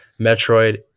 metroid